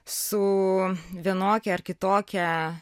su vienokia ar kitokia